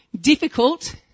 difficult